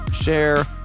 share